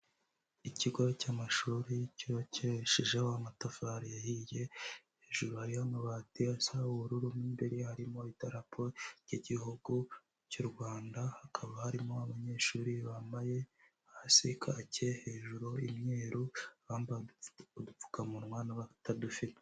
Ikigo cy'amashuri cyubakishije amatafari ahiye, hejuru hariho amabati asa ubururu n'imbere harimo idarapo ry'igihugu cy'u Rwanda, hakaba harimo abanyeshuri bambaye hasi kacye hejuru imyeru bambaye udupfukamunwa n'abatadufite.